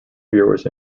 viewers